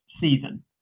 season